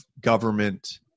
government